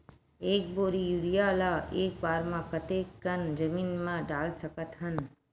एक बोरी यूरिया ल एक बार म कते कन जमीन म डाल सकत हन?